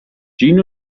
جین